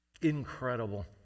Incredible